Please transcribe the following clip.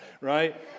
right